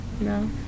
No